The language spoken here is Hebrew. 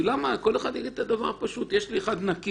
כי כל אחד יגיד את הדבר הפשוט יש לי אחד נקי.